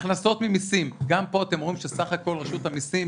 הכנסות ממסים גם פה אתם רואים שבסך הכל רשות המסים,